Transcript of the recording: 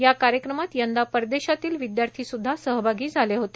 या कार्यक्रमात यंदा परदेशातील विद्यार्थी सुद्धा सहभागी झाले होते